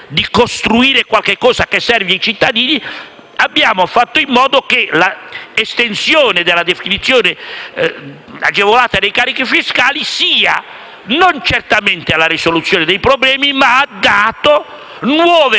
di costruire qualcosa che serva ai cittadini, abbiamo fatto in modo che l'estensione della definizione agevolata dei carichi fiscali fosse non certamente la risoluzione dei problemi ma una nuova